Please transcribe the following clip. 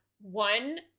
one